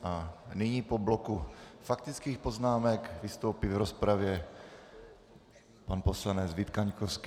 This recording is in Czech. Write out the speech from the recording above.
A nyní po bloku faktických poznámek vystoupí v rozpravě pan poslanec Vít Kaňkovský.